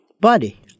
body